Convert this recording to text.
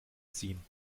ziehen